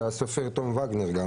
והסופר תום וגנר.